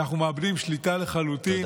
ואנחנו מאבדים שליטה לחלוטין,